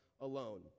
alone